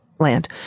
land